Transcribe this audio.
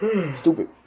stupid